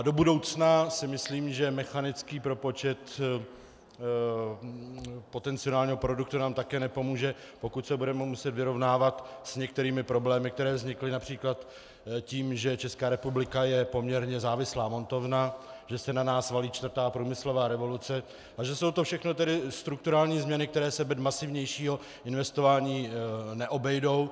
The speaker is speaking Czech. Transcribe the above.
Do budoucna si myslím, že mechanický propočet potenciálního produktu nám také nepomůže, pokud se budeme muset vyrovnávat s některými problémy, které vznikly například tím, že Česká republika je poměrně závislá montovna, že se na nás valí čtvrtá průmyslová revoluce, a že jsou to tedy všechno strukturální změny, které se bez masivnějšího investování neobejdou.